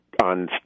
on